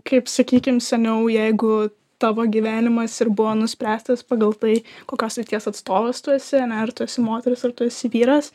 kaip sakykim seniau jeigu tavo gyvenimas ir buvo nuspręstas pagal tai kokios lyties atstovas tu esi ane ar tu esi moteris ar tu esi vyras